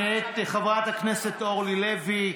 הודעה מאת חברת הכנסת אורלי לוי.